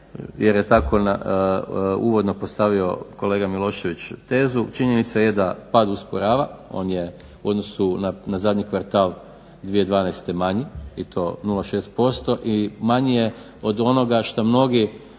jer je tako uvodno postavio kolega Milošević tezu, činjenica je da pad usporava, on je u odnosu na zadnji kvartal 2012. manji i to 0,6% i manji je od onoga što mnogi